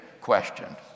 questioned